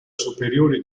superiore